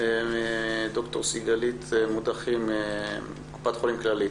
ד"ר סיגלית מודחי מקופת חולים כללית.